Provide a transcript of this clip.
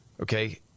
Okay